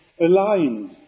aligned